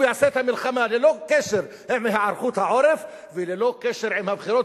הוא יעשה את המלחמה ללא קשר עם היערכות העורף וללא קשר עם הבחירות.